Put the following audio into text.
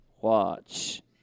Watch